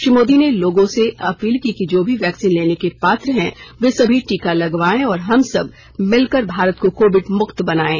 श्री मोदी ने लोगों से अपील की कि जो भी वैक्सीन लेने के पात्र हैं वे सभी टीका लगवाये और हम सब मिलकर भारत को कोविड मुक्त बनायें